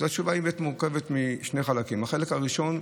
התשובה מורכבת משני חלקים: החלק הראשון,